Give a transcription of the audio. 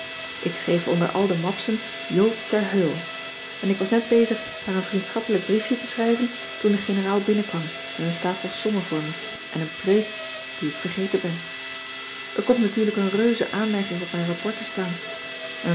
ik schreef onder al de mabsen joop ter heul en ik was net bezig haar een vriendschappelijk briefje te schrijven toen de generaal binnenkwam met een stapel sommen voor me en een preek die ik vergeten ben er komt natuurlijk een reuze aanmerking op mijn rapport te staan